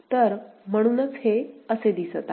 तर म्हणूनच हे असे दिसते आहे